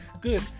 good